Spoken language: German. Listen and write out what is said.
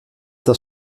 das